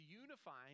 unifying